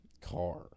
car